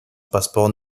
passeport